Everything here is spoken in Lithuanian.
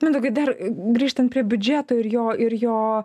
mindaugui dar grįžtant prie biudžeto ir jo ir jo